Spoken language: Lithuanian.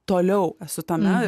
toliau esu tame